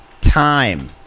time